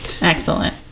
excellent